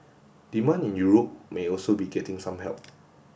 demand in Europe may also be getting some help